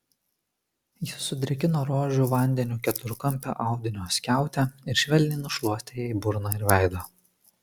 jis sudrėkino rožių vandeniu keturkampę audinio skiautę ir švelniai nušluostė jai burną ir veidą